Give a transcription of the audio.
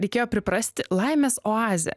reikėjo priprasti laimės oazė